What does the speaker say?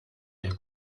der